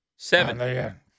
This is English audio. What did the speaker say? Seven